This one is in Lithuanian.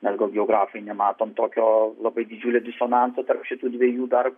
mes gal geografai nematom tokio labai didžiulio disonanso tarp šitų dviejų dar